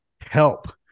help